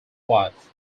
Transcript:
wife